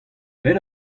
pet